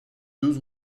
deux